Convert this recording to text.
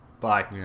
Bye